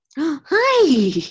Hi